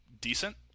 decent